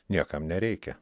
niekam nereikia